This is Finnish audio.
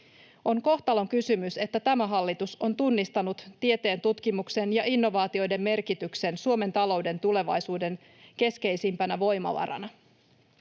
On kohtalonkysymys, että tämä hallitus on tunnistanut tieteen, tutkimuksen ja innovaatioiden merkityksen Suomen talouden tulevaisuuden keskeisimpänä voimavarana.